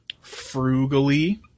frugally